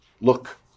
look